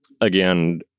again